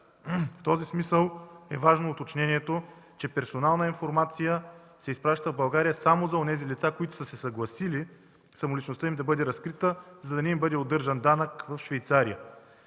В този смисъл е важно уточнението, че персонална информация се изпраща в България само за онези лица, които са се съгласили самоличността им да бъде разкрита, за да не им бъде удържан данък в Швейцария.